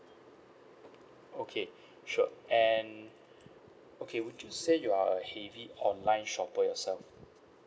okay sure and okay would you say you are a heavy online shopper yourself